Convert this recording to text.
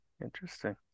Interesting